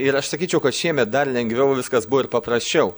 ir aš sakyčiau kad šiemet dar lengviau viskas buvo ir paprasčiau